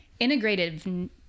integrative